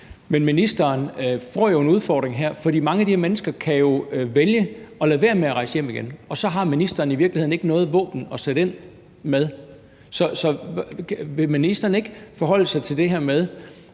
Men ministeren får jo en udfordring her, for mange af de her mennesker kan jo vælge at lade være med at rejse hjem igen, og så har ministeren i virkeligheden ikke noget våben at sætte ind med. Vil ministeren ikke forholde sig til det her med,